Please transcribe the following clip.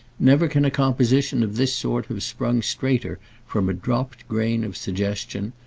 never can a composition of this sort have sprung straighter from a dropped grain of suggestion,